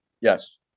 Yes